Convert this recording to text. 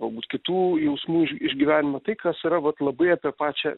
galbūt kitų jausmų iš išgyvenimą tai kas yra vat labai apie pačią